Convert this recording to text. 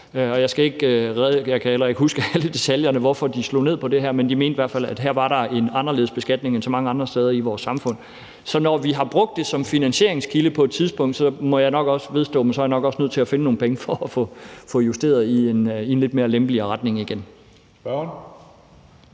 heller ikke huske alle detaljerne, hvorfor de slog ned på det her, men de mente i hvert fald, at her var der en anderledes beskatning end så mange andre steder i vores samfund. Så når vi har brugt det som finansieringskilde på et tidspunkt, må jeg nok også vedstå, at jeg er nødt til at finde nogle penge for at få justeret det i en lidt mere lempelig retning igen.